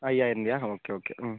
അയ്യായിരം രൂപയാണോ okay okay മ്